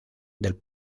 del